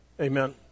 Amen